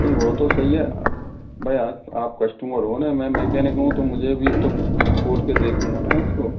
नहीं वो तो सही है भाई आ आप कस्टमर हो ना मैं मैकेनिक हूँ तो मुझे भी तो खोल के देखूँगा ना उस को